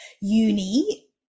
uni